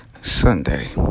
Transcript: Sunday